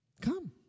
come